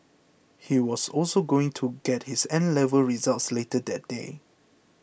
he was also going to get his 'N' level results later that day